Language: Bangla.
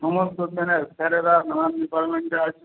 সমস্ত চ্যানেল স্যারেরা নানান ডিপার্টমেন্টে আছে